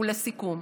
לסיכום,